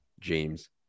James